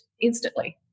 instantly